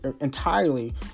entirely